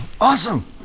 Awesome